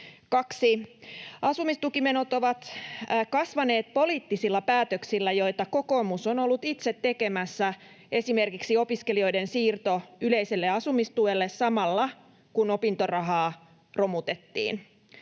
2) Asumistukimenot ovat kasvaneet poliittisilla päätöksillä, joita kokoomus on ollut itse tekemässä — esimerkiksi opiskelijoiden siirto yleiselle asumistuelle samalla, kun opintorahaa romutettiin.